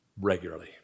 regularly